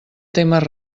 témer